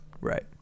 right